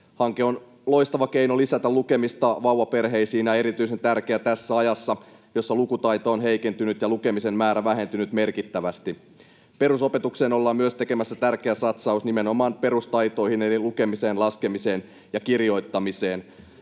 Hanke on loistava keino lisätä lukemista vauvaperheissä ja erityisen tärkeä tässä ajassa, jossa lukutaito on heikentynyt ja lukemisen määrä vähentynyt merkittävästi. Perusopetukseen ollaan myös tekemässä tärkeä satsaus nimenomaan perustaitoihin eli lukemiseen, laskemiseen ja kirjoittamiseen.